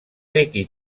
líquid